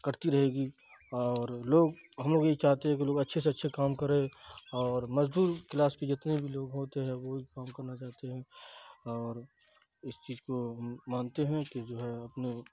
کٹتی رہے گی اور لوگ ہم لوگ یہ چاہتے ہیں کہ لوگ اچھے سے اچھے کام کرے اور مزدور کلاس کے جتنے بھی لوگ ہوتے ہیں وہ کام کرنا چاہتے ہیں اور اس چیز کو ہم مانتے ہیں کہ جو ہے اپنے